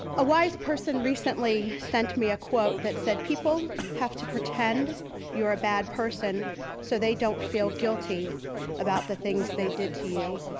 a wise person recently sent me a quote that said, people have to pretend you're a bad person so they don't feel guilty about the things they did to you.